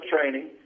training